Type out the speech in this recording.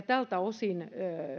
tältä osin